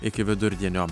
iki vidurdienio